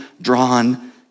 drawn